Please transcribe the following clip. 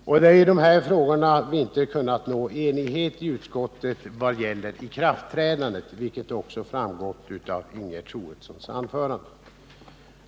I de här frågorna har vi inte kunnat nå enighet i utskottet vad gäller ikraftträdandet, vilket också har framgått av Ingegerd Troedssons anförande.